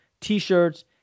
T-shirts